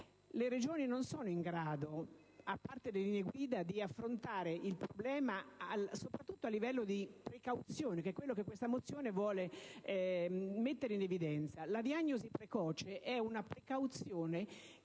Le Regioni non sono in grado, a parte le linee guida, di affrontare il problema, soprattutto a livello di precauzione, che è quello che questa mozione vuole mettere in evidenza. La diagnosi precoce è una precauzione,